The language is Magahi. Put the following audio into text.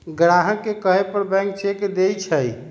ग्राहक के कहे पर बैंक चेक देई छई